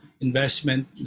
Investment